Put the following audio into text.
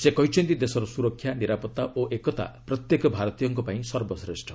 ସେ କହିଛନ୍ତି ଦେଶର ସୁରକ୍ଷା ନିରାପତ୍ତା ଓ ଏକତା ପ୍ରତ୍ୟେକ ଭାରତୀୟଙ୍କ ପାଇଁ ସର୍ବଶ୍ରେଷ୍ଠ